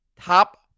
Top